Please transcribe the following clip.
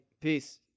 Peace